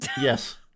Yes